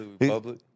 Public